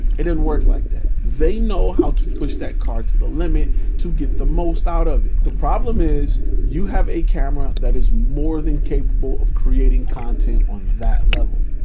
it didn't work like that. they know how to push that car to the limit to get the most out of it. the problem is you have a camera that is more than capable of creating content on that level.